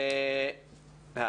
אני